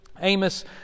Amos